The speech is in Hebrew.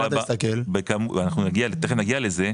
תיכף נגיע לזה,